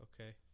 okay